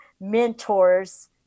mentors